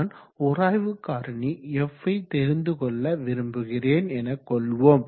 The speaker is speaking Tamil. நான் உராய்வு காரணி f யை தெரிந்து கொள்ள விரும்புகிறேன் எனக்கொள்வோம்